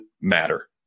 matter